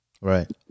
Right